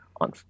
on